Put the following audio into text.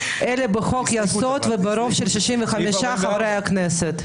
בחוק-יסוד וברוב של שישים וחמישה חברי כנסת".